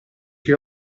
che